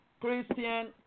Christian